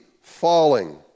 falling